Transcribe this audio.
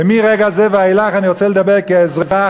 ומרגע זה ואילך אני רוצה לדבר כאזרח,